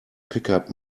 pickup